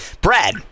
Brad